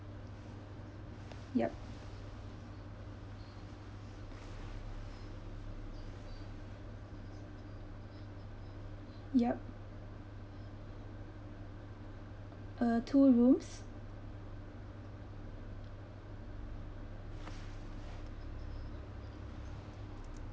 yup yup uh two rooms